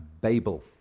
Babel